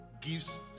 gives